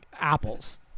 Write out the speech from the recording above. apples